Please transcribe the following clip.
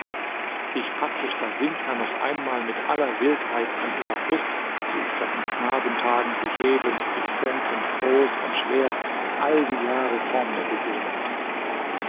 ich packte stasinka noch einmal mit aller wildheit an ihrer brust die ich seit den knabentagen sich hebend sich senkend groß und schwer all die jahre vor mir gesehen hatte